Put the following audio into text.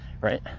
right